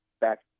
back